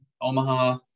Omaha